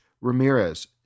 Ramirez